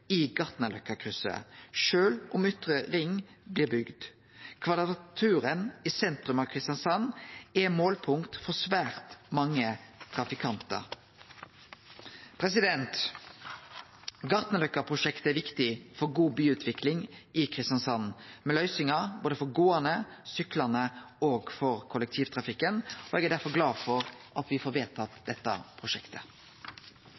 i Gartnerløkka-krysset, sjølv om Ytre ringvei blir bygd. Kvadraturen i sentrum av Kristiansand er målpunkt for svært mange trafikantar. Gartnerløkka-prosjektet er viktig for god byutvikling i Kristiansand, med løysingar for både gåande, syklande og kollektivtrafikken. Eg er derfor glad for at vi får